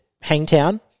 Hangtown